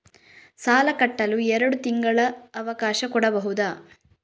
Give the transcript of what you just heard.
ಸಾಲ ಕಟ್ಟಲು ಎರಡು ತಿಂಗಳ ಅವಕಾಶ ಕೊಡಬಹುದಾ?